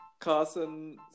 Carson